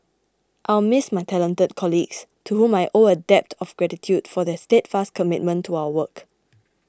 I'll miss my talented colleagues to whom I owe a debt of gratitude for their steadfast commitment to our work